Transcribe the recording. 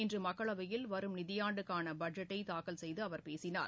இன்று மக்களவையில் வரும் நிதி ஆண்டுக்கான பட்ஜெட்டை தாக்கல் செய்து அவர் பேசினார்